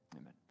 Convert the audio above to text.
Amen